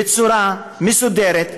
בצורה מסודרת,